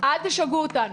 אל תשגעו אותנו.